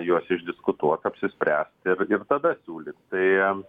juos išdiskutuot apsispręst ir ir tada siūlyt tai